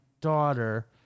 daughter